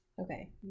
Okay